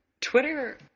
Twitter